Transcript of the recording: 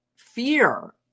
Fear